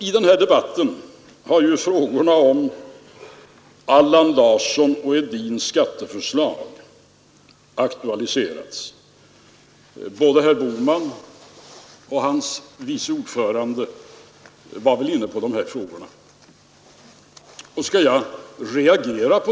I denna debatt har ju frågorna om Allan Larssons och Edins skatteförslag aktualiserats; både herr Bohman och hans vice ordförande var inne på de här frågorna.